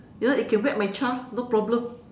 you know you can whack my child no problem